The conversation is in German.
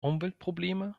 umweltprobleme